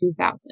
2000